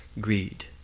greed